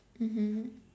mmhmm